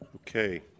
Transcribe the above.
okay